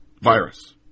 virus